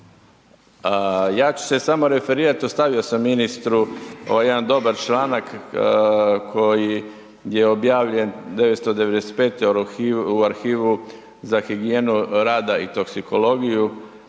Ja ću se samo referirat, ostavio sam ministru ovaj jedan dobar članak koji je objavljen '995 u Arhivu za higijenu rada i toksikologiju,